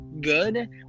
good